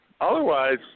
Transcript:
Otherwise